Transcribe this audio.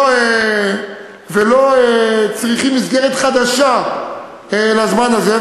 ולא צריכים מסגרת חדשה לזמן הזה.